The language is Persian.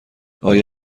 آیا